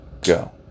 go